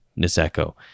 Niseko